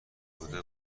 آلوده